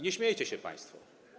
Nie śmiejcie się państwo.